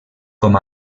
com